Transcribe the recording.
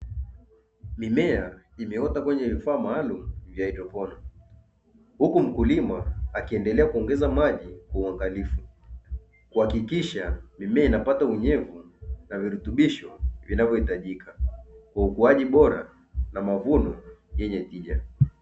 Mimea imeota kwenye vifaa maalumu vya haidroponi, huku mkulima akiendelea kuongeza maji kwa uangalifu, kuhakikisha mimea inapata unyevu na virutubisho vinavyohitajika kwa ukuaji bora na mavuno yenye tija.